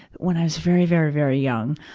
when i was very, very, very young.